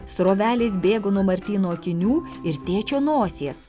srovelės bėgo nuo martyno akinių ir tėčio nosies